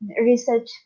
research